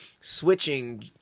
switching